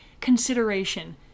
consideration